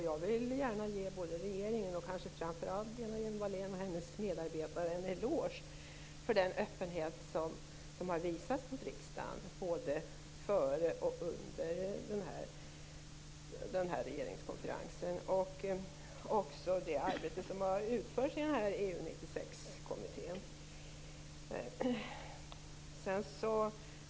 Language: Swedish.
Jag vill gärna ge regeringen, och kanske framför allt Lena Hjelm Wallén och hennes medarbetare, en eloge för den öppenhet som har visats mot riksdagen både före och under regeringskonferensen och för det arbete som har utförts i EU 96-kommittén.